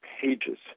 pages